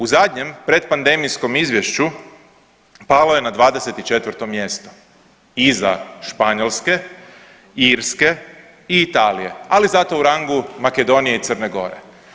U zadnjem predpandemijskom izvješću palo je na 24. mjesto iza Španjolske, Irske i Italije, ali zato u rangu Makedonije i Crne Gore.